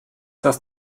das